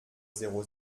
zéro